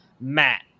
Matt